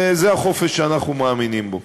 וזה החופש שאנחנו מאמינים בו.